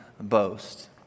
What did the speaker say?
boast